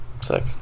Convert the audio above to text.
Sick